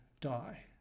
die